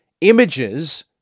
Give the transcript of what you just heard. Images